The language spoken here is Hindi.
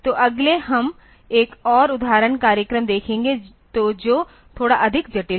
तो अगले हम एक और उदाहरण कार्यक्रम देखेंगे तो जो थोड़ा अधिक जटिल है